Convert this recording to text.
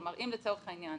כלומר, אם לצורך העניין